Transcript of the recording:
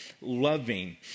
loving